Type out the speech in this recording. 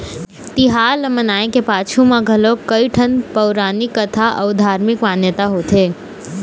तिहार ल मनाए के पाछू म घलोक कइठन पउरानिक कथा अउ धारमिक मान्यता होथे